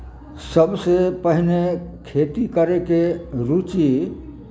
सभसे पहिने खेती करयके रुचि